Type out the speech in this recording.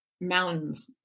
Mountains